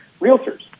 realtors